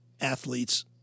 athletes